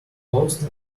austen